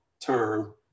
term